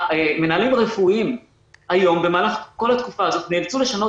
המנהלים רפואיים במהלך כל התקופה הזאת נאלצו לשנות